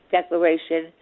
Declaration